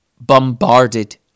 bombarded